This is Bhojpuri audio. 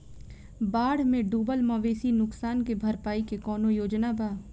बाढ़ में डुबल मवेशी नुकसान के भरपाई के कौनो योजना वा?